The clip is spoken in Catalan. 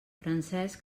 francesc